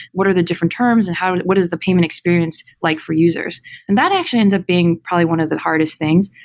what are the different terms and how what is the payment experience like for users and that actually ends up being probably one of the hardest things.